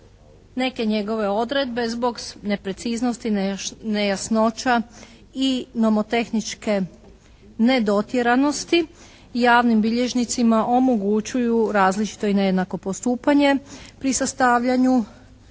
neke njegove odredbe zbog nepreciznosti, nejasnoća i nomotehničke nedotjeranosti javnim bilježnicima omogućuju različito i nejednako postupanje pri sastavljanju